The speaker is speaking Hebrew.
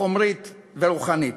חומרית ורוחנית.